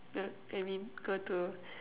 uh I mean go to